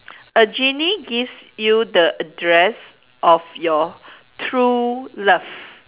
a genie gives you the address of your true love